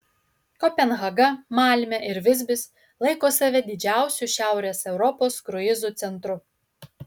kopenhaga malmė ir visbis laiko save didžiausiu šiaurės europos kruizų centru